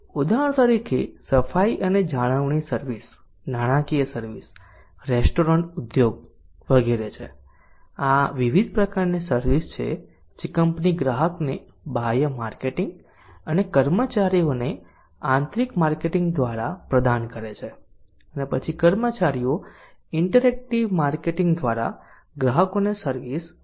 ઉદાહરણો તરીકે સફાઈ અને જાળવણી સર્વિસ નાણાકીય સર્વિસ રેસ્ટોરન્ટ ઉદ્યોગ વગેરે છે આ વિવિધ પ્રકારની સર્વિસ છે જે કંપની ગ્રાહકને બાહ્ય માર્કેટિંગ અને કર્મચારીઓને આંતરિક માર્કેટિંગ દ્વારા પ્રદાન કરે છે અને પછી કર્મચારીઓ ઇન્ટરેક્ટિવ માર્કેટિંગ દ્વારા ગ્રાહકોને સર્વિસ પૂરી પાડે છે